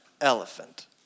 elephant